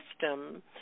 system